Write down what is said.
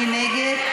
מי נגד?